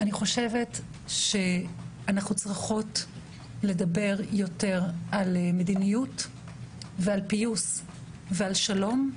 אני חושבת שאנחנו צריכות לדבר יותר על מדיניות ועל שלום,